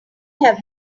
have